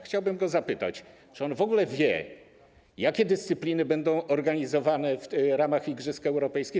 Chciałbym go zapytać, czy on w ogóle wie, jakie dyscypliny będą organizowane w ramach igrzysk europejskich.